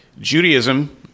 Judaism